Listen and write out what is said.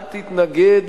אל תתנגד,